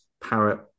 parrot